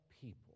people